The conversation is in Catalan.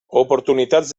oportunitats